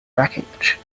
wreckage